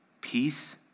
peace